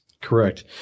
Correct